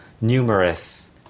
numerous